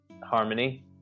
harmony